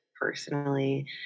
personally